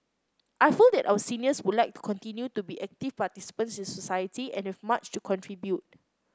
I feel that our seniors would like to continue to be active participants in society and have much to contribute